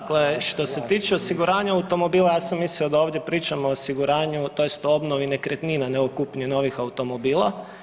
Dakle što se tiče osiguranja automobila ja sam mislio da ovdje pričamo o osiguranju tj. obnovi nekretnina, ne o kupnji novih automobila.